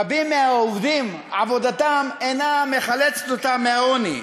רבים מהעובדים, עבודתם אינה מחלצת אותם מהעוני.